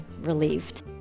relieved